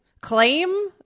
claim